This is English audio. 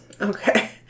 okay